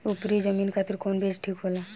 उपरी जमीन खातिर कौन बीज ठीक होला?